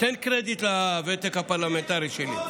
תן קרדיט לוותק הפרלמנטרי שלי.